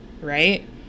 right